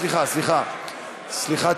סליחה, סליחה, סליחה.